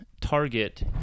Target